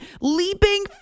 leaping